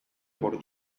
por